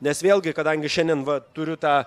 nes vėlgi kadangi šiandien va turiu tą